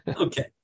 Okay